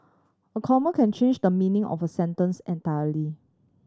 a comma can change the meaning of a sentence entirely